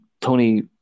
Tony